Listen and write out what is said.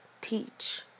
teach